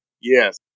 Yes